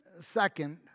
Second